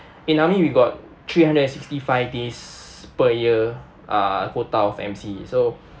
in army we got three hundred and sixty five days per year uh quota of M_C so